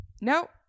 no